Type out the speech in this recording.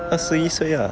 二十一岁 ah